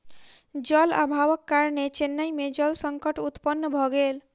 जल अभावक कारणेँ चेन्नई में जल संकट उत्पन्न भ गेल